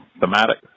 thematic